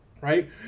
right